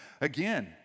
Again